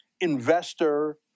investor